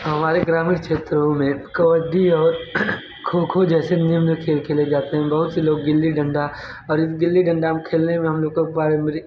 हमारे ग्रामीण क्षेत्रों में कबड्डी और खो खो जैसे निम्न खेल खेले जाते हैं बहुत से लोग गिल्ली डंडा और गिल्ली डंडा हम खेलने में हम लोगों का पारम्परिक